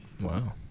Wow